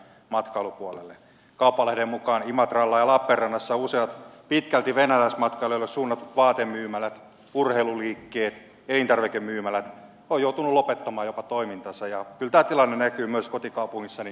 kauppalehden mukaan imatralla ja lappeenrannassa useat pitkälti venäläismatkailijoille suunnatut vaatemyymälät urheiluliikkeet ja elintarvikemyymälät ovat jopa joutuneet lopettamaan toimintansa ja kyllä tämä tilanne näkyy myös kotikaupungissani kouvolassa